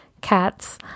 cats